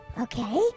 okay